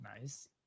Nice